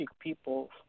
people